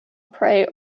prey